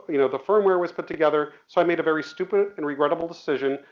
you know, the firmware was put together, so i made a very stupid and regrettable decision,